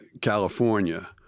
California